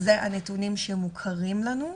אלה הנתונים שמוכרים לנו.